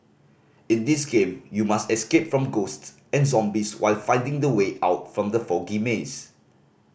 in this game you must escape from ghosts and zombies while finding the way out from the foggy maze